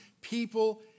people